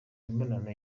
imibonano